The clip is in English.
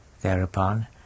Thereupon